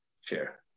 Share